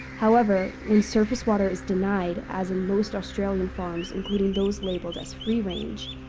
however, when surface water is denied, as in most australian farms including those labelled as free range,